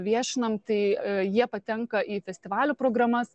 viešinam tai jie patenka į festivalių programas